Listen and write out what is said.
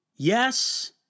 Yes